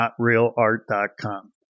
NotRealArt.com